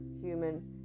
human